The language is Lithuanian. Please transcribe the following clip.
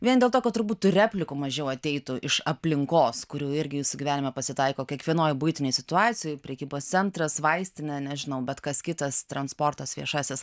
vien dėl to kad turbūt tų replikų mažiau ateitų iš aplinkos kurių irgi jūsų gyvenime pasitaiko kiekvienoj buitinėj situacijoj prekybos centras vaistinė nežinau bet kas kitas transportas viešasis